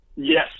Yes